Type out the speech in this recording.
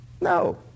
No